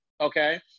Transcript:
okay